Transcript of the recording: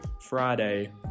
Friday